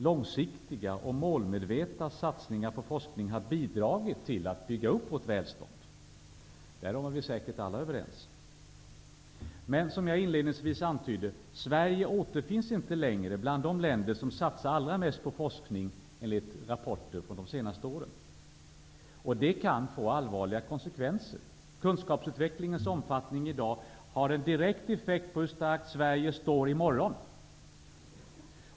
Långsiktiga och målmedvetna satsningar på forskning har bidragit till att bygga upp vårt välstånd -- därom är vi säkert alla överens. Som jag inledningsvis antydde återfinns Sverige dock inte längre bland de länder som satsar allra mest på forskning, enligt rapporter från de senaste åren. Och det kan få allvarliga konsekvenser. Kunskapsutvecklingens omfattning i dag har en direkt effekt på hur starkt Sverige står i morgon.